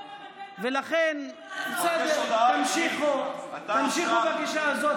ולכן, בסדר, תמשיכו בגישה הזאת.